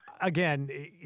again